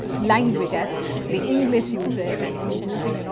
language as the english use it and he was using. you know